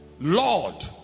Lord